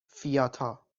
فیاتا